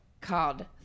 called